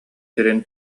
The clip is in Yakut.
сирин